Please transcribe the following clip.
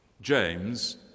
James